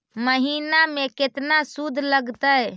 महिना में केतना शुद्ध लगतै?